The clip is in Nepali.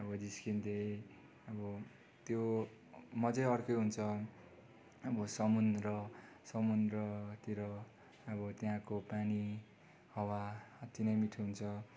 अब जिस्किँदै अब त्यो मजै अर्कै हुन्छ अब समुन्द्र समुन्द्रतिर अब त्यहाँको पानी हावा अति नै मिठो हुन्छ